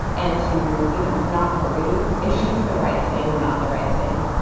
and to you know not worry if it's the right thing or not the right thing.